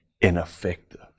ineffective